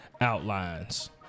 outlines